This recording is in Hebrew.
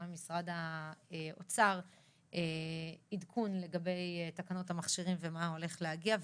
ממשרד האוצר עדכון לגבי תקנות המכשירים ומה הולך להגיע,